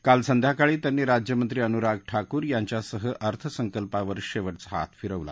काल संध्याकाळी त्यांनी राज्यमंत्री अनुराग ठाकूर यांच्यासह अर्थसंकल्पावर शेवटचा हात फिरवला